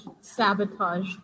sabotage